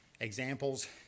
examples